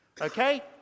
Okay